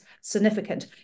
significant